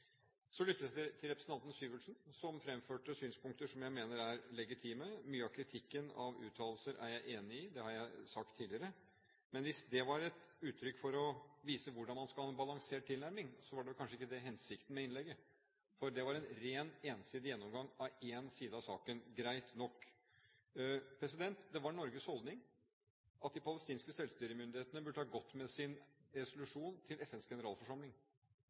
Så lyttet jeg til representanten Syversen, som fremførte synspunkter som jeg mener er legitime. Mye av kritikken av uttalelser er jeg enig i. Det har jeg sagt tidligere. Men hvis det var et uttrykk for å vise hvordan man skal ha en balansert tilnærming – det var kanskje ikke hensikten med innlegget – var det en ren ensidig gjennomgang av én side av saken. Greit nok! Det var Norges holdning at de palestinske selvstyremyndighetene burde ha gått med sin resolusjon til FNs generalforsamling,